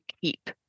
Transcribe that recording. keep